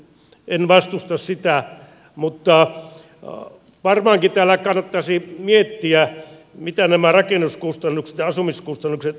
en vastusta sitä mutta varmaankin täällä kannattaisi miettiä mitä nämä rakennuskustannukset ja asumiskustannukset ovat